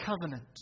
covenant